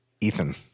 Ethan